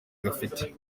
gafite